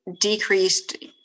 decreased